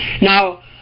Now